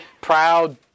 proud